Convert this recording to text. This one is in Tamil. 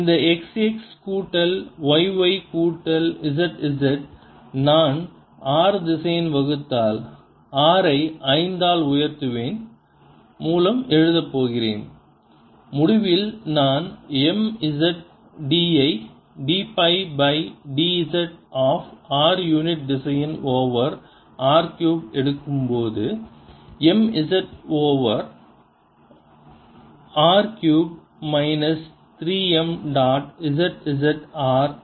இந்த xx கூட்டல் yy கூட்டல் zz நான் r திசையன் வகுத்தல் r ஐ 5 ஆல் உயர்த்துவதன் மூலம் எழுதப் போகிறேன் முடிவில் நான் mzd by d z of r unit திசையன் ஓவர் r க்யூப் எடுக்கும்போது m z z over r cube minus 3 m dot zz r over r ஐ 5 ஆக உயர்த்தவும் பெறுவேன்